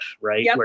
right